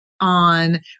on